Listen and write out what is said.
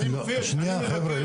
חבר'ה,